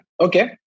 Okay